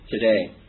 today